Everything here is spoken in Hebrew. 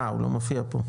אה הוא לא מופיע פה.